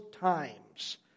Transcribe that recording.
times